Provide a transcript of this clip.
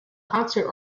concert